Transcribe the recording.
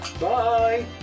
Bye